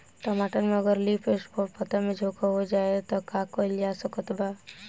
टमाटर में अगर लीफ स्पॉट पता में झोंका हो जाएँ त का कइल जा सकत बा?